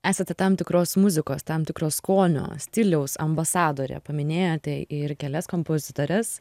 esate tam tikros muzikos tam tikro skonio stiliaus ambasadorė paminėjote ir kelias kompozitores